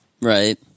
right